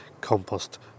compost